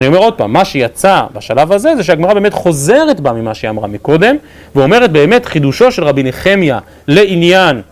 אני אומר עוד פעם, מה שיצא בשלב הזה זה שהגמרא באמת חוזרת בה ממה שהיא אמרה מקודם ואומרת באמת חידושו של רבי נחמיה לעניין